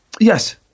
Yes